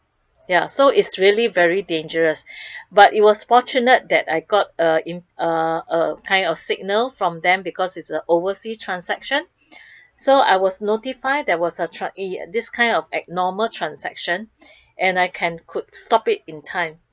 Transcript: ya so it's really very dangerous but it was fortunate that I got a uh uh kind of signal from them because it is a oversea transaction so I was notified that there was transac~ this kind of abnormal transaction and I can could stop it in time